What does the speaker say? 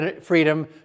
freedom